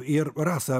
ir rasa